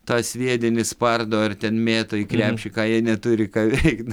tą sviedinį spardo ar ten mėto į krepšį ką jie neturi ką veikt